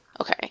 Okay